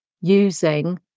using